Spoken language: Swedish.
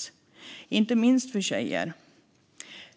Så är det inte minst för tjejer.